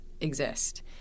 exist